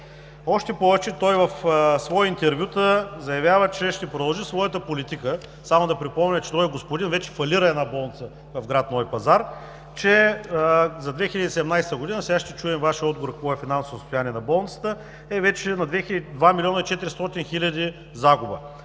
Още повече, той в свои интервюта заявява, че ще продължи своята политика. Само да припомня, че този господин вече фалира една болница в град Нови пазар. Сега ще чуем Вашия отговор какво е финансовото състояние на болницата. За 2017 г. е вече на 2 милиона 400 хиляди загуба.